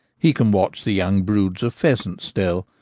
he can watch the young broods of pheasants still,